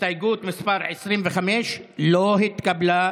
הסתייגות מס' 26 לא עברה.